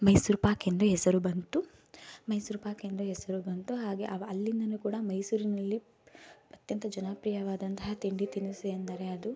ಮೈಸೂರು ಪಾಕ್ ಎಂದೇ ಹೆಸರು ಬಂತು ಮೈಸೂರು ಪಾಕ್ ಎಂದು ಹೆಸರು ಬಂತು ಹಾಗೆ ಅಲ್ಲಿಂದಲೂ ಕೂಡ ಮೈಸೂರಿನಲ್ಲಿ ಅತ್ಯಂತ ಜನಪ್ರಿಯವಾದಂತಹ ತಿಂಡಿ ತಿನಿಸು ಎಂದರೆ ಅದು